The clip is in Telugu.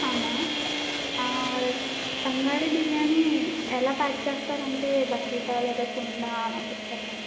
అవునా ఆ తంగాడి బిర్యానీ ఎలా ప్యాక్ చేస్తారు అంటే బకెటా లేదా కుండా అలా చెప్తారు కదా